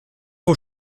vos